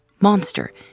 Monster